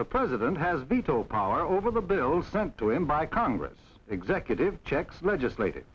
the president has veto power over the bills sent to him by congress executive checks legislat